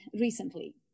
recently